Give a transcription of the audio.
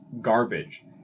garbage